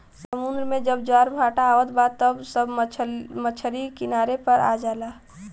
समुंदर में जब ज्वार भाटा आवत बा त सब मछरी किनारे पे आ जाला